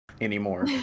anymore